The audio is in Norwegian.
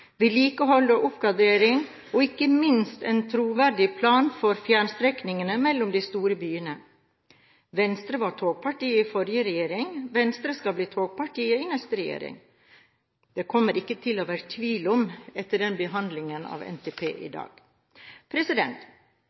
vedlikehold og oppgradering og ikke minst en troverdig plan for fjernstrekningene mellom de store byene. Venstre var togpartiet i forrige regjering, og Venstre skal bli togpartiet i neste regjering. Det kommer det ikke til å være noen tvil om etter behandlingen av NTP i